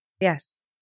Yes